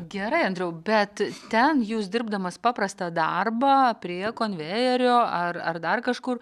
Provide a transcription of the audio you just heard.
gerai andriau bet ten jūs dirbdamas paprastą darbą prie konvejerio ar ar dar kažkur